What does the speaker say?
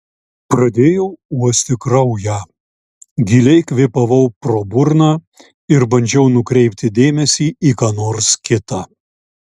pradėjau uosti kraują giliai kvėpavau pro burną ir bandžiau nukreipti dėmesį į ką nors kita